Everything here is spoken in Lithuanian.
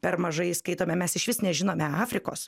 per mažai skaitome mes išvis nežinome afrikos